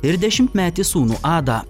ir dešimtmetį sūnų adą